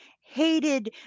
hated